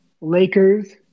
Lakers –